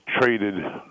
traded